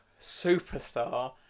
superstar